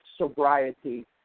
sobriety